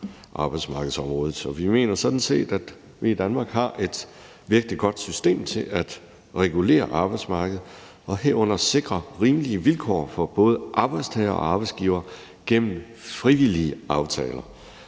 Vi mener sådan set, at vi i Danmark har et virkelig godt system til at regulere arbejdsmarkedet, herunder sikre rimelige vilkår for både arbejdstagere og arbejdsgivere gennem frivillige aftaler.